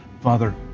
Father